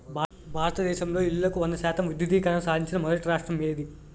భారతదేశంలో ఇల్లులకు వంద శాతం విద్యుద్దీకరణ సాధించిన మొదటి రాష్ట్రం ఏది?